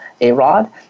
Arod